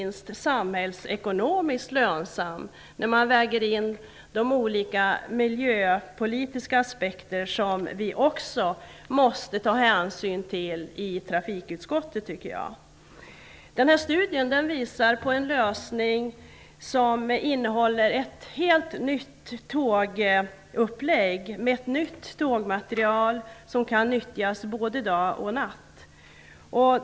När man väger in de olika miljöpolitiska aspekter som vi måste ta hänsyn till i trafikutskottet blir den därmed också inte minst samhällsekonomiskt lönsam. Den här studien visar på en lösning som innehåller ett helt nytt tågupplägg med ett nytt tågmaterial som kan nyttjas både dag och natt.